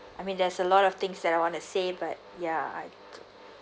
I mean there's a lot of things that I want to say but ya I